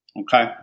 Okay